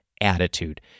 attitude